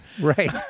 Right